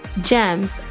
GEMS